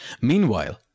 Meanwhile